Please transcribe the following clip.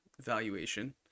valuation